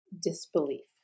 disbelief